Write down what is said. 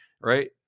right